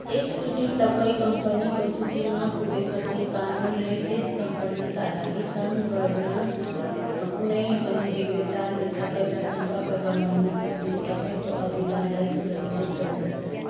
एकचोटि तपाईँँ कम्पनीको सूचीमा पुगेपछि कानुनले त्यस कम्पनीका लागि काम गर्न कुनै पनि विक्रेताले तपाईँँलाई सम्पर्क गर्न नसक्ने तपाईँँको अधिकारलाई सुरक्षित गर्दछ